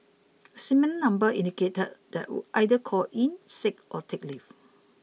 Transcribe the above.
a similar number indicated that either call in sick or take leave